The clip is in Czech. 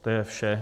To je vše.